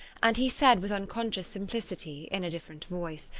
and he said with unconscious simplicity, in a different voice,